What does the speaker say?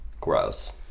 gross